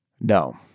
No